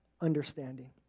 understanding